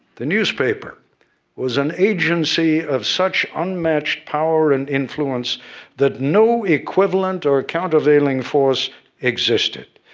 the newspaper was an agency of such unmatched power and influence that no equivalent or countervailing force existed.